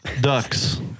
Ducks